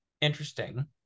interesting